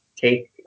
take